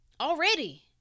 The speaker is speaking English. Already